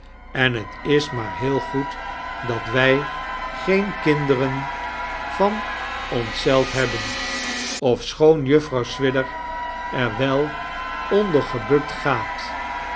en het is maar heel goed dat wij geen kinderen van one zelf hebben ofschoon juffrouw swidger er wel ondier gebukt gaat